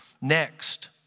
next